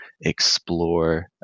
explore